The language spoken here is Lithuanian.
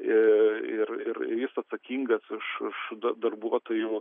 e ir ir ir jis atsakingas už už da darbuotojų